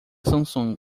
samsung